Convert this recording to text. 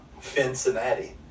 Cincinnati